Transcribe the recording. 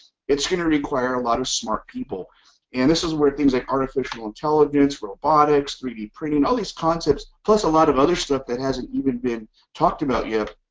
it's going to require a lot of smart people and this is where things like artificial intelligence, robotics, three d printing, all these concepts plus a lot of other stuff that hasn't even been talked about yet,